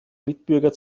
mitbürger